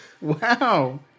Wow